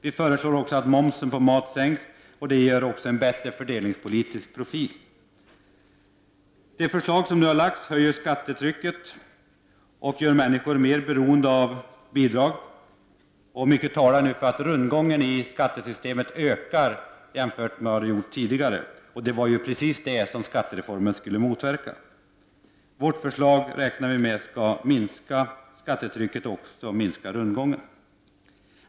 Vi föreslår också att momsen på mat sänks. Detta ger en bättre fördelningspolitisk profil. Det förslag som nu lagts fram höjer skattetrycket och gör människor mer beroende av bidrag. Mycket talar för att rundgången i skattesystemet ökar jämfört med vad som varit fallet tidigare. Det är precis detta som skattereformen skulle motverka. Centerns förslag räknar vi med skall minska skattetrycket och rundgången.